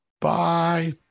bye